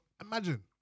imagine